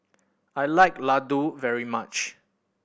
I like laddu very much